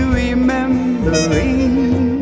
remembering